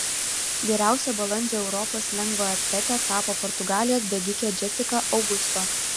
geriausia balandžio europos lengvaatlete tapo portugalijos bėgikė džesika augusto